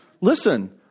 listen